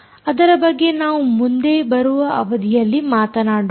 ಅದರ ಬಗ್ಗೆ ನಾವು ಮುಂದೆ ಬರುವ ಅವಧಿಯಲ್ಲಿ ಮಾತನಾಡೋಣ